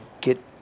get